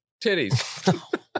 Titties